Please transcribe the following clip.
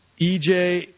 EJ